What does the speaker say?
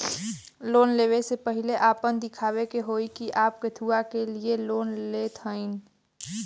Loan ले वे से पहिले आपन दिखावे के होई कि आप कथुआ के लिए लोन लेत हईन?